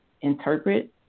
interpret